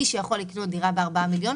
שמי שיכול לקנות דירה בארבעה מיליון,